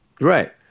Right